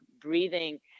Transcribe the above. breathing